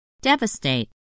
Devastate